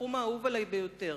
התחום האהוב עלי ביותר,